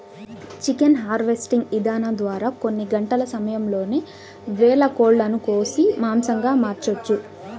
chicken harvesting ఇదానం ద్వారా కొన్ని గంటల సమయంలోనే వేల కోళ్ళను కోసి మాంసంగా మార్చొచ్చు